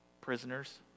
Prisoners